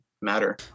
matter